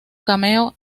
cameo